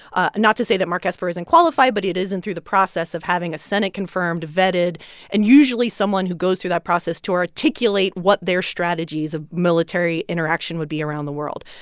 ah not to say that mark esper is unqualified, but it isn't through the process of having a senate-confirmed, vetted and usually someone who goes through that process to articulate what their strategies of military interaction would be around the world.